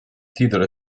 titolo